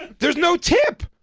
there's no tip!